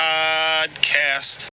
Podcast